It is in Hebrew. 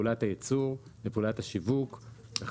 לפעולת הייצור, לפעולת השיווק וכדומה,